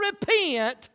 repent